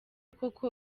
koko